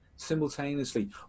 Simultaneously